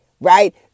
Right